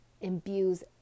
imbues